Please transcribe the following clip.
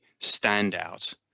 standout